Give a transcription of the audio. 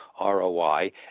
ROI